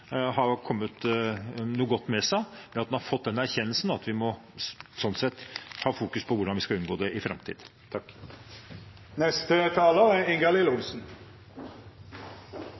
har ført noe godt med seg ved at en har fått den erkjennelsen at vi må fokusere på hvordan vi skal unngå det i framtiden. Først takk til interpellanten som har løftet fram denne viktige saken. Det er